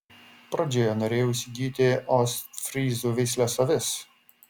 pradžioje norėjau įsigyti ostfryzų veislės avis